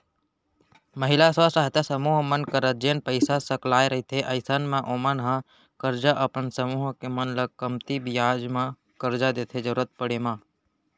महिला स्व सहायता समूह मन करा जेन पइसा सकलाय रहिथे अइसन म ओमन ह करजा अपन समूह के मन ल कमती बियाज म करजा देथे जरुरत पड़े म